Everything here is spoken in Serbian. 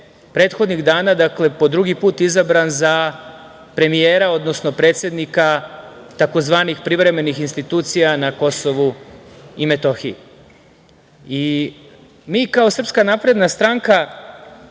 prethodnih dana, dakle, po drugi put izabran za premijera, odnosno predsednika tzv. privremenih institucija na Kosovu i Metohiji. Mi kao SNS želimo da se